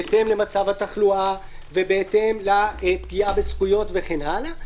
בהתאם למצב התחלואה ובהתאם לפגיעה בזכויות וכן הלאה,